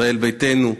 ישראל ביתנו,